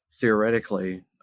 theoretically